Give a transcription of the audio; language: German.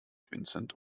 vincent